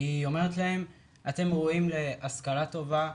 היא אומרת להם: אתם ראויים להשכלה טובה,